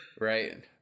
right